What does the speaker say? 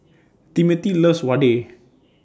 Timothy loves Vadai